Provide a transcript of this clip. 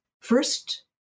first